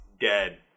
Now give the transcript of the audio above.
dead